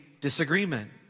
disagreement